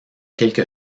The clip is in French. quelque